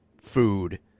food